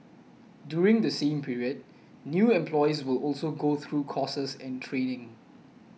during the same period new employees will also go through courses and training